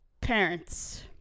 Parents